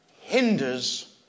hinders